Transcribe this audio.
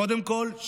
קודם כול,